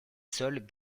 seuls